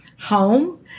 home